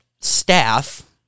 staff